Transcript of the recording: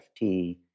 FT